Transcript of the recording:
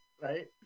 right